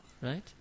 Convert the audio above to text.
right